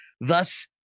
thus